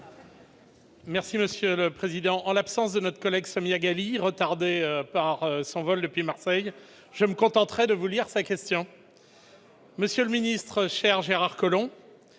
Merci Monsieur le Président, en l'absence de notre collègue Samia Ghali retardé par 100 vols depuis Marseille je me contenterai de vous lire sa question. Monsieur le ministre, cher Gérard Collomb